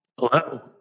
hello